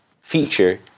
feature